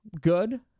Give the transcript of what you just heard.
good